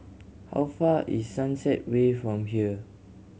how far is Sunset Way from here